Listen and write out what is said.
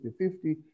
50-50